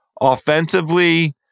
offensively